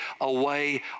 away